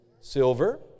silver